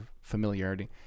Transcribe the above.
familiarity